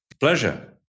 Pleasure